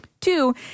Two